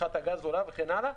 צריכת הגז עולה וכן הלאה,